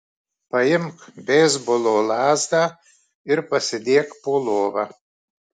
paimk beisbolo lazdą ir pasidėk po lova